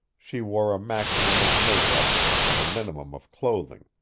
she wore a maximum of makeup and a minimum of clothing,